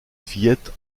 fillette